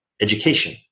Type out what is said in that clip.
education